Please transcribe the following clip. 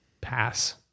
pass